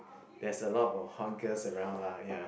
there's a lot of hot girls around lah ya